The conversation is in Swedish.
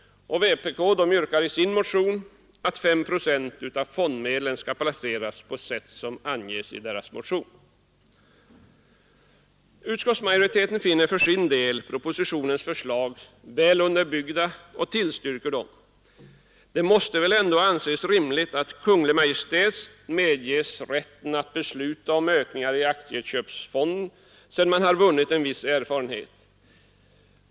Vpk yrkar i sin motion att fem procent av fondmedlen skall placeras på sätt som anges i deras motion. Nr 98 Utskottsmajoriteten finner för sin del propositionens förslag väl 3 FEN Sul Torsdagen den underbyggda och tillstyrker dessa. Det måste väl ändå anses rimligt att 24 maj 1973 Kungl. Maj:t medges rätten att besluta om ökningar i aktieköpsfonden 2127 sedan man vunnit en viss erfarenhet.